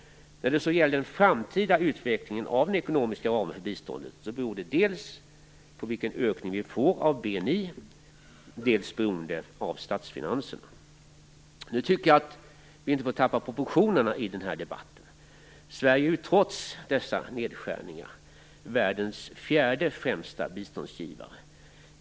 Den framtida utvecklingen av den ekonomiska ramen för biståndet beror dels på vilken ökning vi får av BNI, dels på statsfinanserna. Jag tycker att vi inte får tappa proportionerna i debatten. Trots dessa nedskärningar är ju Sverige världens fjärde främsta biståndsgivare.